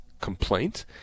complaint